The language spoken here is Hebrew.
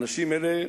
אנשים אלה,